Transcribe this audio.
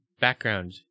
background